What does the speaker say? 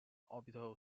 orbital